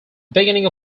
beginning